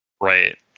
Right